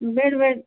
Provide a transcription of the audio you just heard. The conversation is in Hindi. बेड वेड